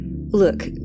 Look